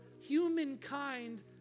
humankind